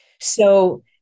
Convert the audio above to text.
So-